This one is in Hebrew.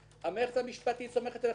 המערכת המשפטית סומכת על החטיבה.